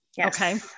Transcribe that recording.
Okay